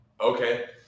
Okay